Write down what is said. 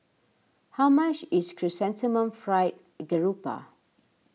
how much is Chrysanthemum Fried Garoupa